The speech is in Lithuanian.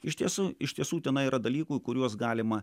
iš tiesų iš tiesų tenai yra dalykų kuriuos galima